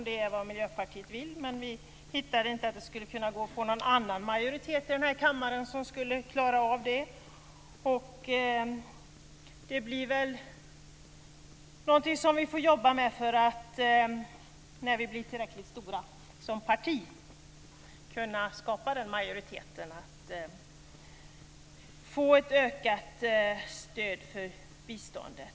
Det är vad Miljöpartiet vill. Men vi finner inte att det går att få någon annan majoritet i denna kammare som kan klara av det. Den majoriteten får vi skapa när vi blir tillräckligt stora som parti för att få ökat stöd för biståndet.